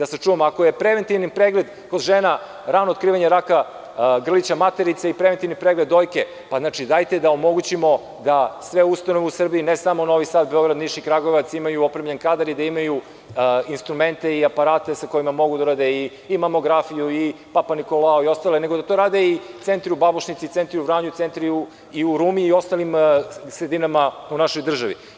Ako je preventivni pregled kod žena rano otkrivanje raka grlića materice i preventivni pregled dojke, dajte da omogućimo da sve ustanove u Srbiji, ne samo Novi Sad, Beograd, Niš i Kragujevac, imaju opremljen kadar i da imaju instrumente i aparate sa kojima mogu da rade i mamografiju i papanikolau i ostale, nego da to rade i centri u Babušnici, centri u Vranju, u Rumi i u ostalim sredinama u našoj državi.